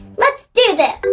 let's do this.